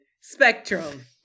Spectrum